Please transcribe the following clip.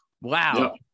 Wow